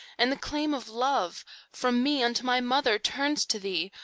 and the claim of love from me unto my mother turns to thee,